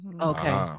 Okay